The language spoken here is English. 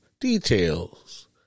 details